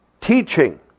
teaching